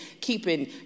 keeping